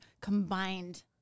combined